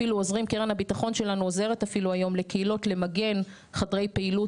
קרן הביטחון שלנו עוזרת אפילו היום לקהילות למגן חדרי פעילות